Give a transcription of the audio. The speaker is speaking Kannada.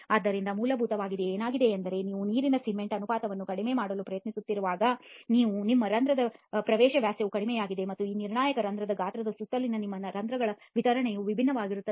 ಆದ್ದರಿಂದ ಮೂಲಭೂತವಾಗಿ ಏನಾಗಿದೆ ಎಂದರೆ ನೀವು ನೀರಿನ ಸಿಮೆಂಟ್ ಅನುಪಾತವನ್ನು ಕಡಿಮೆ ಮಾಡಲು ಪ್ರಯತ್ನಿಸುತ್ತಿರುವಾಗ ನಿಮ್ಮ ರಂಧ್ರದ ಪ್ರವೇಶ ವ್ಯಾಸವು ಕಡಿಮೆಯಾಗಿದೆ ಮತ್ತು ಈ ನಿರ್ಣಾಯಕ ರಂಧ್ರದ ಗಾತ್ರದ ಸುತ್ತಲಿನ ನಿಮ್ಮ ರಂಧ್ರಗಳ ವಿತರಣೆಯೂ ವಿಭಿನ್ನವಾಗಿರುತ್ತದೆ